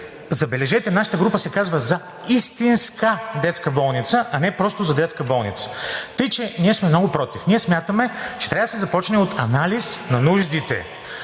Забележете, нашата група се казва „За истинска детска болница“, а не просто „За детска болница“. Така че ние сме много против и смятаме, че трябва да се започне от анализ на нуждите.